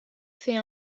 fait